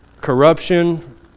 corruption